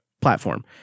platform